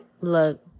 look